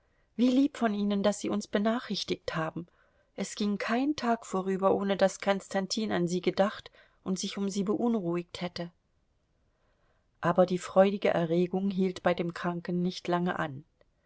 wie lieb von ihnen daß sie uns benachrichtigt haben es ging kein tag vorüber ohne daß konstantin an sie gedacht und sich um sie beunruhigt hätte aber die freudige erregung hielt bei dem kranken nicht lange an